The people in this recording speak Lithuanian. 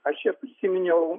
aš čia prisiminiau